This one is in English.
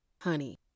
honey